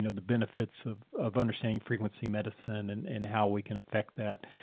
you know the benefits of of understanding frequency medicine and and how we can affect that,